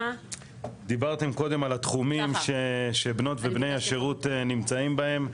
דיברתם קודם על התחומים שבנות ובני השירות נמצאים בהם.